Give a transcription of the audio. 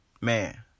man